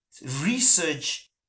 research